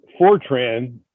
Fortran